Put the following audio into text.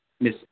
Miss